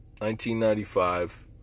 1995